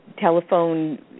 telephone